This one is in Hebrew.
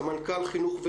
סמנכ"ל חינוך,